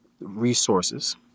resources